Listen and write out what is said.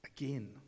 Again